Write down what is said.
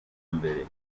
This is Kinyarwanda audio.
mbere